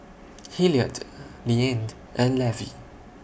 Hilliard Liane and Levy